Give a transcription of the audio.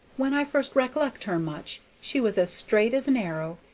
when i first rec'lect her much she was as straight as an arrow,